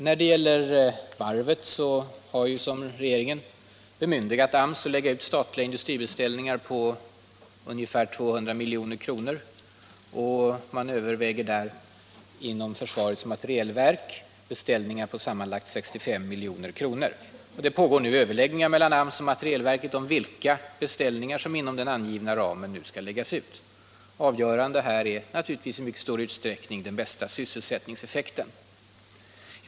Vad Karlskronavarvet beträffar har regeringen bemyndigat AMS att lägga ut statliga industribeställningar på ungefär 200 milj.kr. Inom försvarets materielverk överväger man beställningar på sammanlagt 65 milj.kr. Överläggningar pågår nu mellan AMS och materielverket rörande vilka beställningar som kan läggas ut inom den angivna ramen. Av sysselsättningen i Blekinge görande är naturligtvis då i mycket stor utsträckning den bästa sysselsättningseffekten.